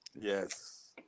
Yes